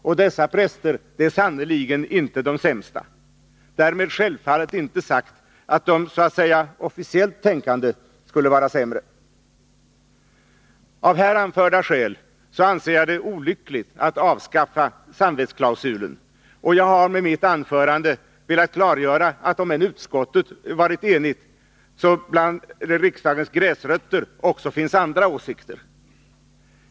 Och dessa präster är sannerligen inte de sämsta — därmed självfallet inte sagt att de ”officiellt tänkande” skulle vara sämre. Av här anförda skäl anser jag det olyckligt att avskaffa samvetsklausulen. Jag har med mitt anförande velat klargöra, att om än utskottet varit enigt så finns det bland riksdagens gräsrötter också andra åsikter.